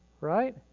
Right